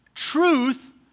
Truth